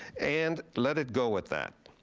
and let it go with that.